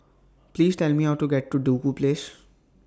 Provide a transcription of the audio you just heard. Please Tell Me How to get to Duku Place